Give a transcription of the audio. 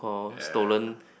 ya